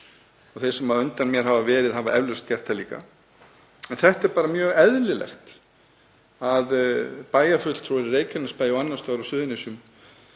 og þeir sem á undan mér hafa verið hafa eflaust gert það líka. Það er bara mjög eðlilegt að bæjarfulltrúar í Reykjanesbæ og annars staðar á Suðurnesjum